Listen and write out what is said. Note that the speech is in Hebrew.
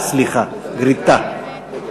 גרִיטה, סליחה, גריטה.